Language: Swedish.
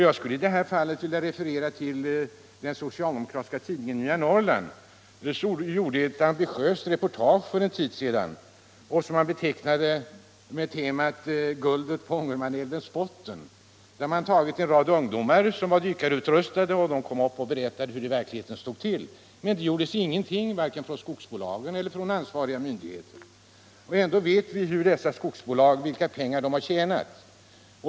Jag skulle vilja referera till den socialdemokratiska tidningen Nya Norrland, som för en tid sedan gjorde ett ambitiöst reportage med temat ”Guldet på Ångermanälvens botten”. Man hade anlitat några ungdomar 139 som innehade dykarutrustning, och de kunde berätta hur det i verkligheten förhöll sig med sjunktimret. Men ingenting gjordes från vare sig skogsbolagen eller ansvariga myndigheter. Ändå vet vi vilka pengar dessa skogsbolag har tjänat.